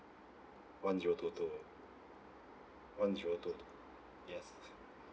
one zero two two one zero two two yes